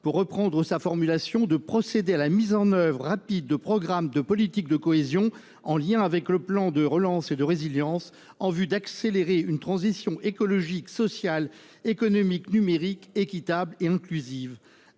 je reprends sa formulation -de « procéder à la mise en oeuvre rapide de programmes de politique de cohésion, en lien avec le plan de relance et de résilience », en vue d'accélérer une transition écologique, sociale, économique et numérique à la fois équitable et inclusive.